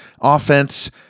offense